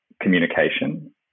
communication